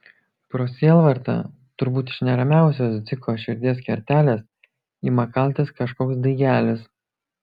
pro sielvartą turbūt iš neramiausios dziko širdies kertelės ima kaltis kažkoks daigelis